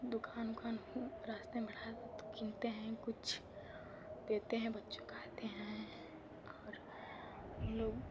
दुक़ान उक़ान रास्ते में पड़ी तो कीनते हैं कुछ देते हैं बच्चे खाते हैं और हमलोग